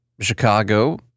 Chicago